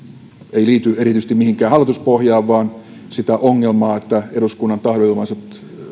ei liity erityisesti mihinkään hallituspohjaan vaan sitä ongelmaa että eduskunnan tahdonilmaisut